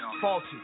Faulty